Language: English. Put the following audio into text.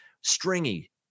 stringy